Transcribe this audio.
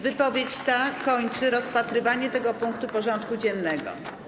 Wypowiedź ta kończy rozpatrywanie tego punktu porządku dziennego.